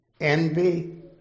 envy